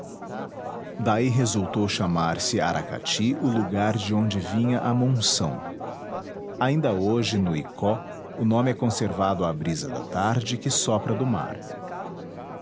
daí resultou chamar-se aracati o lugar de onde vinha a monção ainda hoje no icó o nome é conservado à brisa da tarde que sopra do mar